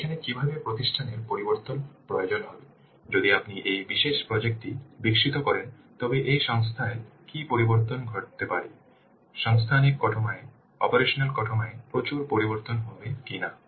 এখানে কিভাবে প্রতিষ্ঠানের পরিবর্তন প্রয়োজন হবে যদি আপনি এই বিশেষ প্রজেক্ট টি বিকশিত করেন তবে এই সংস্থায় কী পরিবর্তন ঘটতে পারে সাংগঠনিক কাঠামো এ অপারেশনাল কাঠামো এ প্রচুর পরিবর্তন হবে কিনা